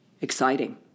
Exciting